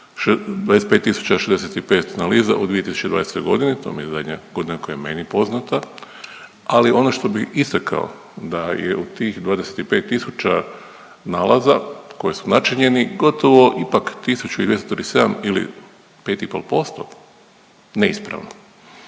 256065 analiza u 2020. godini. To mi je zadnja godina koja je meni poznata, ali ono bih istaknuo da je u tih 25000 nalaza koji su načinjeni gotovo ipak 1237 ili 5 i pol